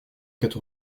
quatre